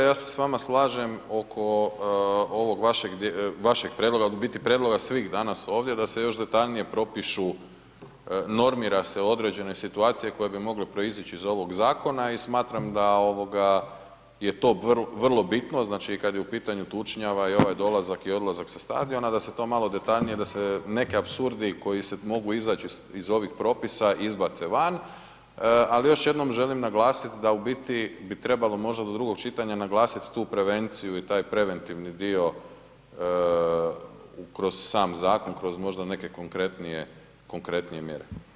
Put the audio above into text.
Kolega Čuraj, ja se s vama slažem oko ovog vašeg, vašeg prijedloga, u biti prijedlog svih danas ovdje da se još detaljnije propišu, normira se određene situacije koje bi mogle proizić iz ovog zakona i smatram da ovoga je to vrlo bitno, znači kad je u pitanju tučnjava i ovaj dolazak i odlazak sa stadiona da se to malo detaljnije, da se neki apsurdi koji se mogu izać iz ovih propisa izbace van, ali još jednom želim naglasit da u biti bi trebalo možda do drugog čitanja naglasit tu prevenciju i taj preventivni dio kroz sam zakon, kroz možda neke konkretnije, konkretnije mjere.